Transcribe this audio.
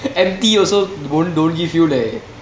empty also won't don't give you leh